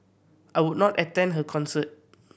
I would not attend her concert